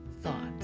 thoughts